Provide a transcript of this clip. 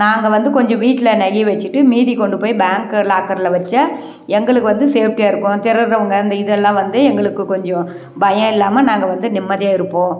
நாங்கள் வந்து கொஞ்சம் வீட்டில் நகையை வச்சுட்டு மீதி கொண்டுப் போய் பேங்க்கு லாக்கரில் வச்சால் எங்களுக்கு வந்து சேஃப்டியாக இருக்கும் தெரியாதவங்க அந்த இதெல்லாம் வந்து எங்களுக்கு கொஞ்சம் பயம் இல்லாமல் நாங்கள் வந்து நிம்மதியாக இருப்போம்